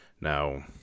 Now